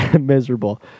miserable